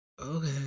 okay